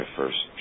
first